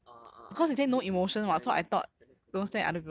ah ah ah it's crazy ya then that's completely wrong ah